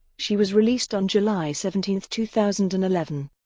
she was released on july seventeen, two thousand and eleven.